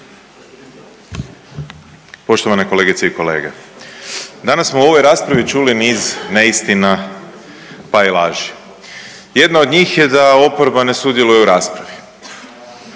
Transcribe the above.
Poštovane kolegice i kolege. Danas smo u ovoj raspravi čuli niz neistina pa i laži. Jedna od njih je da oporba ne sudjeluje u raspravi.